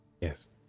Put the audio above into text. Yes